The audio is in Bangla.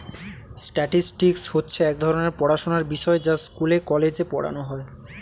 স্ট্যাটিস্টিক্স হচ্ছে এক ধরণের পড়াশোনার বিষয় যা স্কুলে, কলেজে পড়ানো হয়